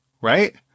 Right